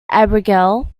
abigail